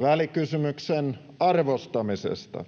välikysymyksen arvostamisesta.